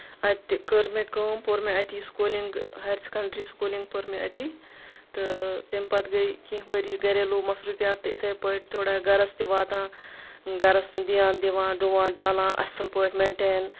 اَتہِ کٔر مےٚ کٲم پوٚر مےٚ اَتہِ یہِ سکوٗلِنٛگ ہیر سیکَنٛڈری سکوٗلِنٛگ پٔر مےٚ اَتی تہٕ تَمہِ پَتہٕ گٔیے کیٚنٛہہ ؤری گریلو مَصروٗفِیات تہٕ یِتھٕے پٲٹھۍ تھوڑا گرس تہِ واتان گرس دیان دِوان ڈُوان ڈالان اَصٕل پٲٹھۍ مینٹین